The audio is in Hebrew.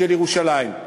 למען ירושלים.